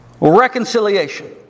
reconciliation